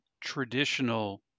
traditional